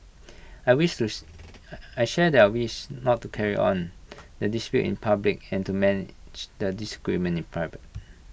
I I share their wish not to carry on the dispute in public and to manage the disagreement in private